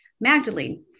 Magdalene